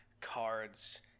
cards